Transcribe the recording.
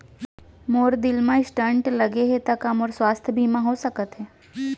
मोर दिल मा स्टन्ट लगे हे ता का मोर स्वास्थ बीमा हो सकत हे?